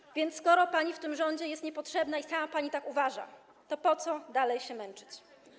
Skoro więc pani w tym rządzie jest niepotrzebna i sama pani tak uważa, to po co dalej się męczyć?